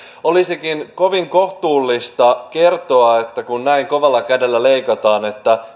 olisikin kovin kohtuullista kertoa että kun näin kovalla kädellä leikataan